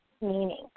meaning